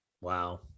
Wow